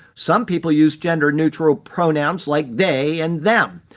some people use gender-neutral pronouns like they and them.